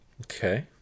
Okay